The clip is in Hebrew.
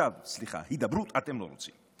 הידברות אתם לא רוצים.